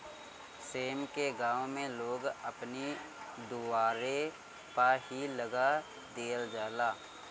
सेम के गांव में लोग अपनी दुआरे पअ ही लगा देहल जाला